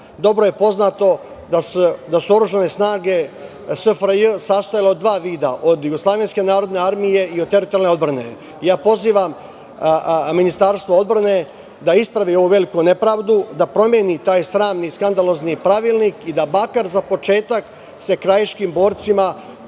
Dobro je poznato da su se oružane snage SFRJ sastojale od dva vida, od JNA i od teritorijalne odbrane. Ja pozivam Ministarstva odbrane da ispravi ovu veliku nepravdu, da promeni taj sramni skandalozni pravilnik i da makar za početak se krajiškim borcima